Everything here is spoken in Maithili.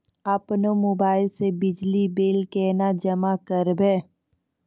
अपनो मोबाइल से बिजली बिल केना जमा करभै?